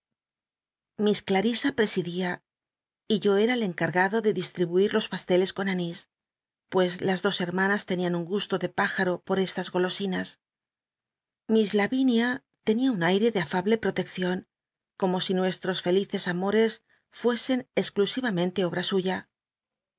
presidia y yo era el cnc ugado de distribuir los pasteles con anís pues la do hermanas tenian un gusto de plijato por estas golosinas miss lavinia tenia un aite de afable prolecr ion como si nucslros felices amores fuesen exclusivamente obra suya